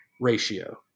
ratio